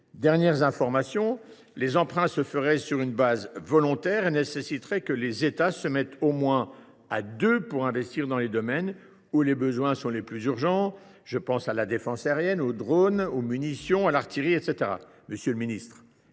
dernières informations, les emprunts se feraient sur une base volontaire et nécessiteraient que les États se mettent au moins à deux pour investir dans les domaines où les besoins sont les plus urgents : défense aérienne, drones, artillerie, munitions, etc.